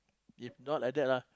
if not like that lah